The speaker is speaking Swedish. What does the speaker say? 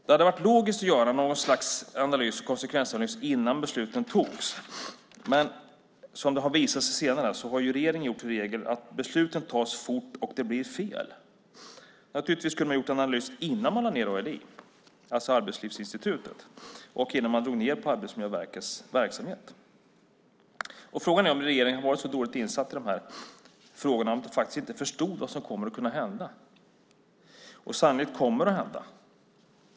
Det hade varit logiskt att göra någon slags konsekvensanalys innan besluten fattades. Men som det har visat sig senare har regeringen gjort till regel att besluten tas fort och att det blir fel. Naturligtvis kunde man ha gjort en analys innan man lade ned Arbetslivsinstitutet och innan man drog ned på Arbetsmiljöverkets verksamhet. Frågan är om regeringen har varit så dåligt insatt i de här frågorna att man faktiskt inte förstått vad som kan komma att hända och sannolikt kommer att hända.